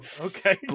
Okay